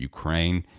Ukraine